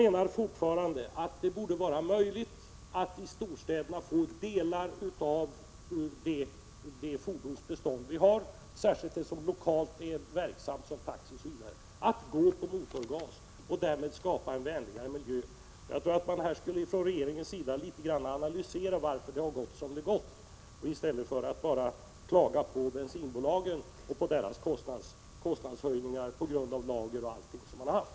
Jag vidhåller att det borde vara möjligt att få delar av det fordonsbestånd vi har i storstäderna, särskilt det som är lokalt verksamt som taxi, osv., att gå på motorgas och därmed skapa en vänligare miljö. Jag tror att regeringen borde analysera varför det har gått som det har gjort i stället för att bara klaga på bensinbolagen och deras prishöjningar på grund av lagerkostnader och andra kostnader som de har haft.